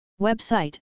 Website